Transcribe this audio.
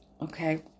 Okay